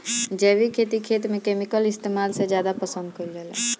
जैविक खेती खेत में केमिकल इस्तेमाल से ज्यादा पसंद कईल जाला